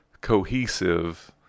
cohesive